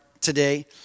today